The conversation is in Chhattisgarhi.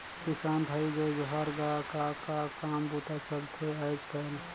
किसान भाई जय जोहार गा, का का काम बूता चलथे आयज़ कायल?